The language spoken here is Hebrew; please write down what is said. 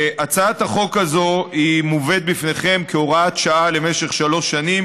הצעת החוק הזאת מובאת לפניכם כהוראת שעה למשך שלוש שנים,